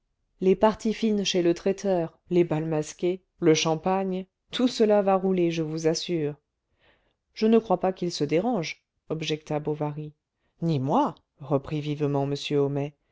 les parties fines chez le traiteur les bals masqués le champagne tout cela va rouler je vous assure je ne crois pas qu'il se dérange objecta bovary ni moi reprit vivement m